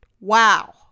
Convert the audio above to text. Wow